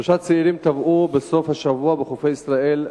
שלושה צעירים טבעו בסוף השבוע בחופי ישראל: